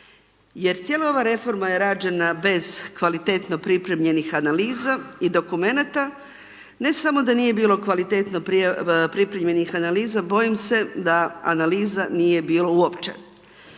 jer cijela ova reforma je rađena bez kvalitetno pripremljenih analiza i dokumenata, ne samo da nije bilo kvalitetno pripremljenih analiza, bojim se da analiza nije bilo uopće.